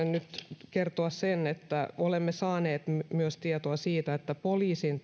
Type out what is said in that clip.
nyt kertoa myös sen että olemme saaneet tietoa siitä että poliisin